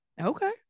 Okay